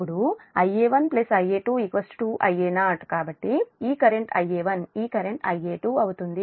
కాబట్టి ఈ current Ia1 ఈ కరెంట్ Ia2